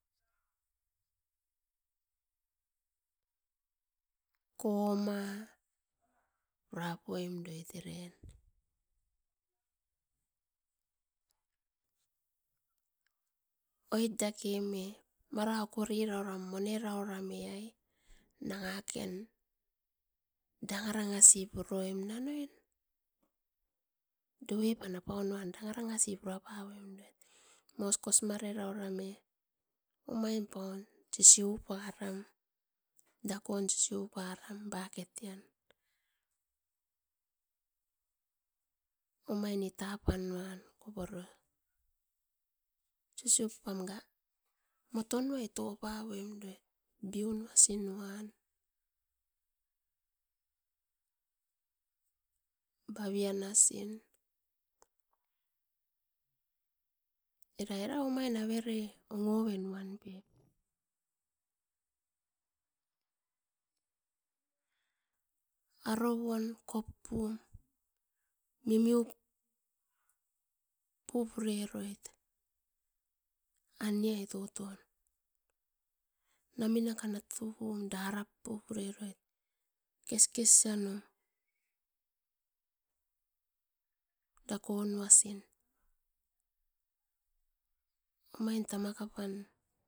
Koma purapoimdoit eren, oit dake me mara okorirauram monererauram ai nangaken dangarangasit puroim na oin. Dovepan apaunuan dangarangasi puraparoimdoit ma aus kosmareraurame omain paun sisiuparam dakon sisiuparam bucketian. Omain itapanuan koporio sisiupam motonoi toupaimdoit biunuasin nuan, bavianasin. Era era omain avere ongowen uan pep, arovon koppum mimiu pureroit ania toton namenakat natupum darapepureroit keskesanum dakon nuasin, omain tamakapan.